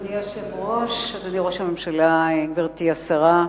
אדוני היושב-ראש, אדוני ראש הממשלה, גברתי השרה,